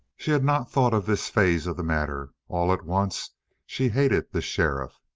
she had not thought of this phase of the matter. all at once she hated the sheriff.